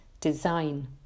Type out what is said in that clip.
design